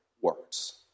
words